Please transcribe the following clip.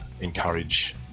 encourage